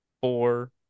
four